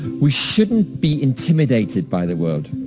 we shouldn't be intimidated by the world.